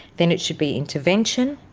then it should be intervention.